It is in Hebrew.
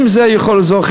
אם זה יכול לעזור,